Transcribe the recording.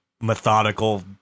methodical